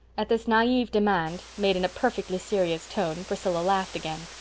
at this naive demand, made in a perfectly serious tone, priscilla laughed again.